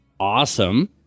awesome